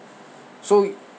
so